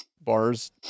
bars